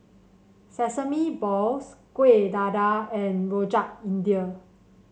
Sesame Balls Kuih Dadar and Rojak India